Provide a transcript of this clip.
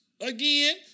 again